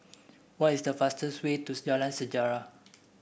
what is the fastest way to Jalan Sejarah